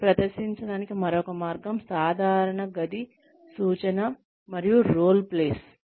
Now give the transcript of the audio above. మరియు ప్రదర్శించడానికి మరొక మార్గం సాధారణ తరగతి గది సూచన మరియు రోల్ ప్లేస్